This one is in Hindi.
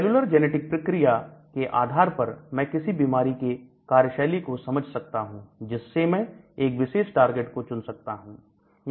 सेल्यूलर जेनेटिक प्रक्रिया के आधार पर मैं किसी बीमारी के कार्यशैली को समझ सकता हूं जिससे मैं एक विशेष टारगेट को चुन सकता हूं